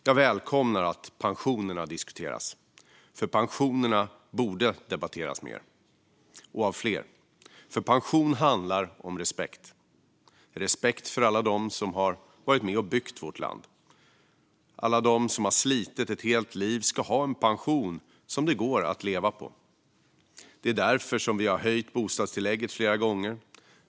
Jag välkomnar att pensionerna diskuteras, för de borde debatteras mer och av fler. Pension handlar om respekt - respekt för alla dem som har varit med och byggt vårt land. Alla de som har slitit ett helt liv ska ha en pension som det går att leva på. Det är därför vi har höjt bostadstillägget flera gånger.